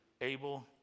Abel